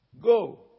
Go